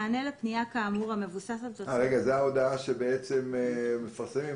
זו ההודעה שמפרסמים?